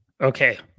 Okay